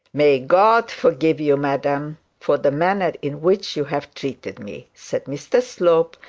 may god forgive you, madam, for the manner in which you have treated me said mr slope,